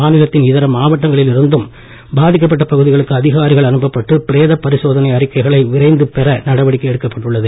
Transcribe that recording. மாநிலத்தின் இதர மாவட்டங்களில் இருந்தும் பாதிக்கப்பட்ட பகுதிகளுக்கு அதிகாரிகள் அனுப்பப்பட்டு பிரேத பரிசோதனை அறிக்கைகளை விரைந்து பெற பேரிடர் நடவடிக்கை எடுக்கப்பட்டுள்ளது